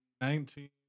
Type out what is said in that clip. nineteen